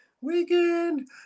weekend